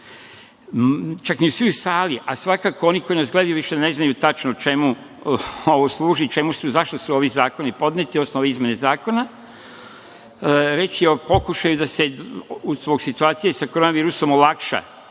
Čak nisu ni u sali, a svakako oni koji nas gledaju više ne znaju tačno čemu ovo služi, zašto su ovi zakoni podneti, odnosno ove izmene zakona. Reč je o pokušaju da se zbog situacije sa Koronavirusom olakša